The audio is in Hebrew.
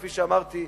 כפי שאמרתי,